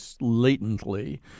latently